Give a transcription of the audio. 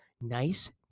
nice